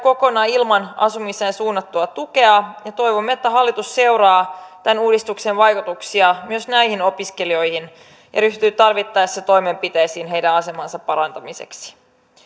kokonaan ilman asumiseen suunnattua tukea ja toivomme että hallitus seuraa tämän uudistuksen vaikutuksia myös näihin opiskelijoihin ja ryhtyy tarvittaessa toimenpiteisiin heidän asemansa parantamiseksi